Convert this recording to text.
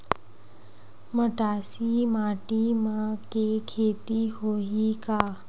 मटासी माटी म के खेती होही का?